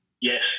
yes